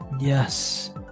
Yes